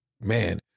man